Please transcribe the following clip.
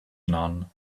none